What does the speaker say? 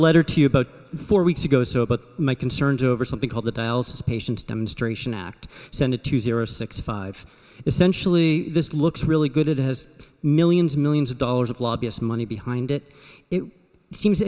letter to you about four weeks ago or so but my concerns over something called the dialysis patients demonstration act senate two zero six five essentially this looks really good it has millions millions of dollars of lobbyist money behind it it seems